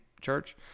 church